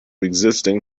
existing